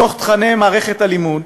בתוך תוכני מערכת הלימוד,